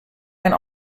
and